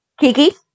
Kiki